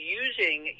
using